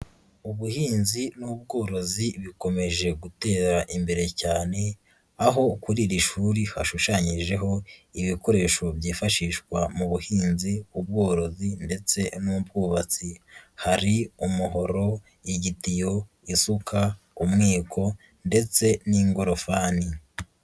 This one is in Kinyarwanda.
Ubuhinzi n'ubworozi bikomeje gutera imbere cyane, aho kuri iri shuri hashushanyijeho ibikoresho byifashishwa mu buhinzi, ubworozi ndetse n'ubwubatsi, hari umuhoro, igitiyo, isuka, umwiko ndetse n'ingorofani.